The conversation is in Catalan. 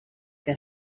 que